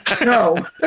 No